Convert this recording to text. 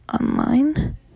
online